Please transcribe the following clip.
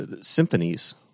symphonies